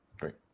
Great